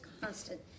constant